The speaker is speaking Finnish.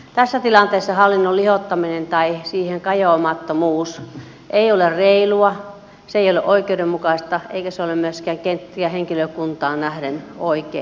tässä tilanteessa hallinnon lihottaminen tai siihen kajoamattomuus ei ole reilua se ei ole oikeudenmukaista eikä se ole myöskään kenttien henkilökuntaan nähden oikein